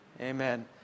Amen